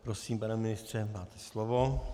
Prosím, pane ministře, máte slovo.